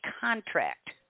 contract